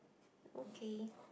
okay